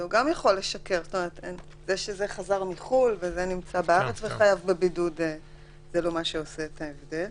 גם מי שלא חזר מחו"ל יכול לשקר.